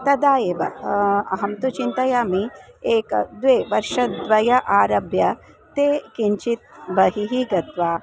तदा एव अहं तु चिन्तयामि एकं द्वे वर्षद्वयात् आरभ्य ते किञ्चित् बहिः गत्वा